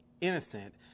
innocent